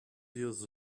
years